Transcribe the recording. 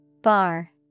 Bar